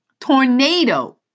Tornado